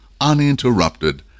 uninterrupted